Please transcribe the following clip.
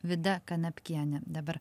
vida kanapkiene dabar